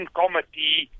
committee